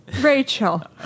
Rachel